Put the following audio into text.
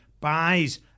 buys